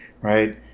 Right